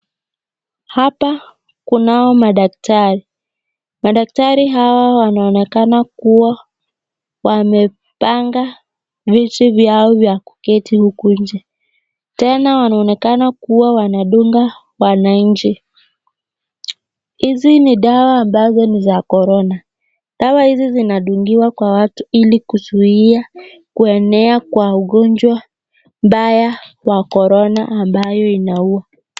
Hapa kunao madaktari madaktari hawa wanaonekana kuwa wamepanga viti vyao vya kuketi huku inje tena wanaonekana kuwa wanadunga wananchi hizi ni dawa ambazo ni za korona. Dawa hizi zinadungiwa kwa watu ili kuzuia kuenea kwa ugonjwa mbaya wa korona ambayo inaua.